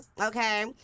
okay